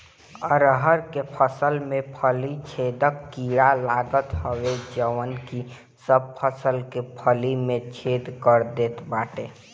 अरहर के फसल में फली छेदक कीड़ा लागत हवे जवन की सब फसल के फली में छेद कर देत बाटे